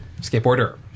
Skateboarder